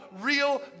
real